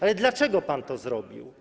Ale dlaczego pan to zrobił?